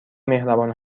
مهربان